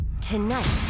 Tonight